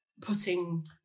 putting